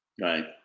Right